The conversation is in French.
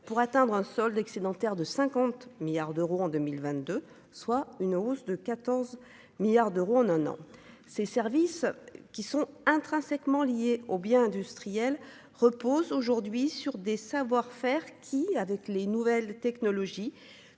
pour atteindre un solde excédentaire de 50 milliards d'euros en 2022 soit une hausse de 14 milliards d'euros en un an ces services qui sont intrinsèquement liés aux biens industriels repose aujourd'hui sur des savoir-faire qui avec les nouvelles technologies